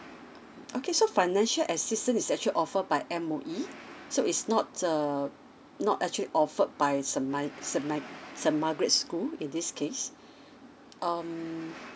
okay so financial assistance is actually offer by M_O_E so it's not err not actually offered by saint mi~ saint margaret's school in this case um